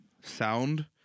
sound